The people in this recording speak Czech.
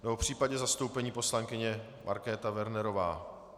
Nebo v případě zastoupení poslankyně Markéta Wernerová...